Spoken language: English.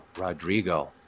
Rodrigo